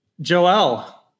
joel